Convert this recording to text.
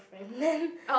Brandon